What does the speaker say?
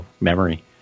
memory